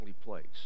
place